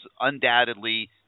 undoubtedly